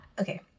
okay